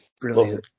Brilliant